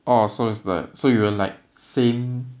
orh so is like so you're like same